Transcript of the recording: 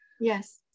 Yes